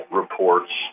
reports